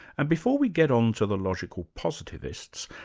and before we get on to the logical positivists,